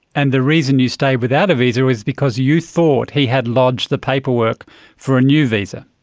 and the reason you stayed without a visa is because you thought he had lodged the paperwork for a new visa?